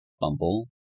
Bumble